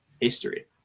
history